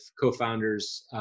co-founders